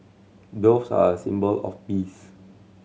doves are a symbol of peace